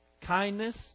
Kindness